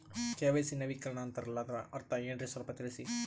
KYC ನವೀಕರಣ ಅಂತಾರಲ್ಲ ಅದರ ಅರ್ಥ ಏನ್ರಿ ಸ್ವಲ್ಪ ತಿಳಸಿ?